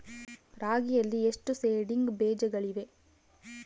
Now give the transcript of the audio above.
ರಾಗಿಯಲ್ಲಿ ಎಷ್ಟು ಸೇಡಿಂಗ್ ಬೇಜಗಳಿವೆ?